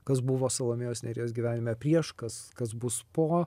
kas buvo salomėjos nėries gyvenime prieš kas kas bus po